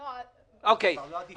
קודם כול, אלה לא זמנים